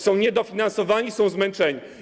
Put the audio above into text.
Są niedofinansowani, są zmęczeni.